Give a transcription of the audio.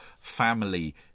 family